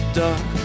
dark